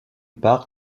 park